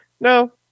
No